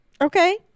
Okay